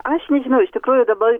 aš nežinau iš tikrųjų dabar